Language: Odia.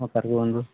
ହଉ ସାର୍ ରୁହନ୍ତୁ